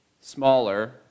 smaller